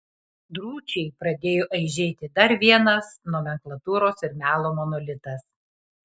drūčiai pradėjo aižėti dar vienas nomenklatūros ir melo monolitas